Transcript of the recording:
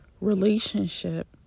Relationship